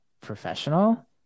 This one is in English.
professional